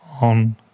On